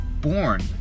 born